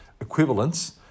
equivalents